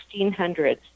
1600s